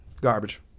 garbage